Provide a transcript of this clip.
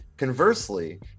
Conversely